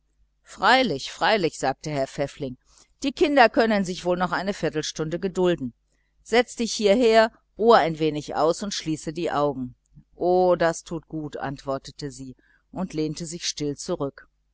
freilich freilich sagte herr pfäffling die kinder können sich wohl noch eine viertelstunde gedulden setze dich hieher ruhe ein wenig und schließe die augen o das tut gut antwortete sie und lehnte sich still zurück